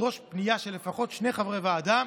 תידרש פנייה של לפחות שני חברי ועדה,